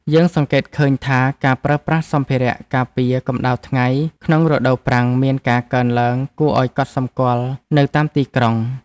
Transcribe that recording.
យើងសង្កេតឃើញថាការប្រើប្រាស់សម្ភារៈការពារកម្តៅថ្ងៃក្នុងរដូវប្រាំងមានការកើនឡើងគួរឱ្យកត់សម្គាល់នៅតាមទីក្រុង។